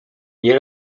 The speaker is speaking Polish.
nie